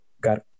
got